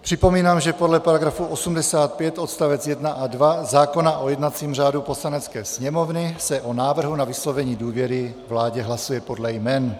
Připomínám, že podle § 85 odst. 1 a 2 zákona o jednacím řádu Poslanecké sněmovny se o návrhu na vyslovení důvěry vládě hlasuje podle jmen.